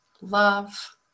love